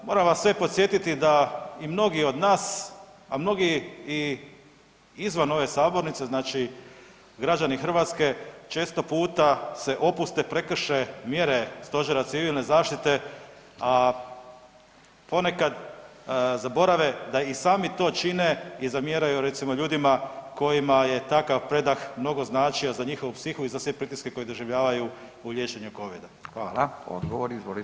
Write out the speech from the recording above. Moram vas sve podsjetiti da i mnogi od nas, a mnogi i izvan ove sabornice, znači građani Hrvatske često puta se opuste i prekrše mjere stožera civilne zaštite, a ponekad zaborave da i sami to čine i zamjeraju recimo ljudima kojima je takav predah mnogo značio za njihovu psihu i za sve pritiske koje doživljavaju u liječenju covida.